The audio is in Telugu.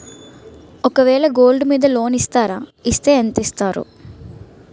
ఒక వేల గోల్డ్ మీద లోన్ ఇస్తారా? ఇస్తే ఎంత ఇస్తారు?